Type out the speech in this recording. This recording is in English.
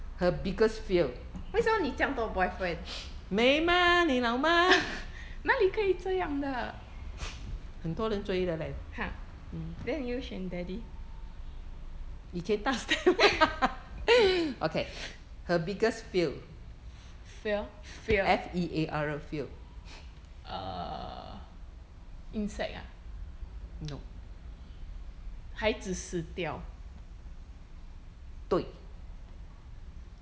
为什么你这样多 boyfriend 哪里可以这样的 har then 你又选 daddy fail fear err insect ah 孩子死掉